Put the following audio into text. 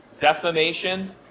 defamation